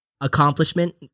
accomplishment